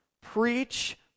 preach